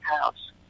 House